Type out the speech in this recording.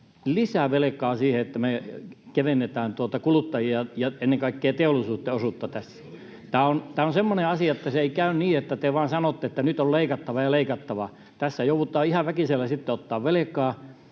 lisää velkaa siihen, että me kevennetään kuluttajien ja ennen kaikkea teollisuuden osuutta tässä? Tämä on semmoinen asia, että se ei käy niin, että te vain sanotte, että nyt on leikattava ja leikattava. Tässä joudutaan ihan väkisellä sitten ottamaan